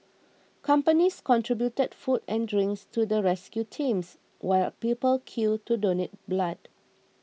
companies contributed food and drinks to the rescue teams while people queued to donate blood